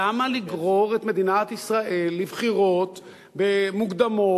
למה לגרור את מדינת ישראל לבחירות מוקדמות,